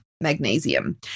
magnesium